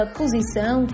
posição